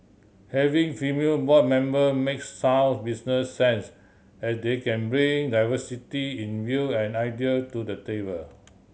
having female board member makes sound business sense as they can bring diversity in view and idea to the table